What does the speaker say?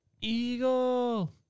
Eagle